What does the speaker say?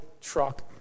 truck